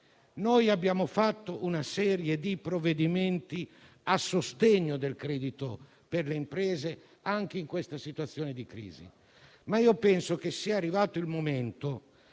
Abbiamo fatto una serie di provvedimenti a sostegno del credito per le imprese anche in questa situazione di crisi, ma penso che sia arrivato il momento